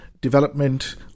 development